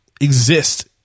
exist